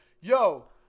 yo